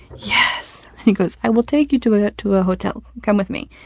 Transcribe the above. yes! and he goes, i will take you to a to a hotel. come with me.